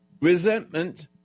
Resentment